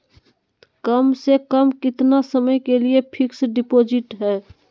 कम से कम कितना समय के लिए फिक्स डिपोजिट है?